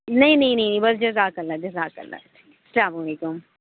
نہیں نہیں نہیں بس جزاک اللہ جزاک اللہ السّلام علیکم